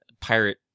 pirate